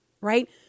right